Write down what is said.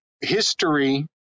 history